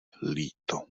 líto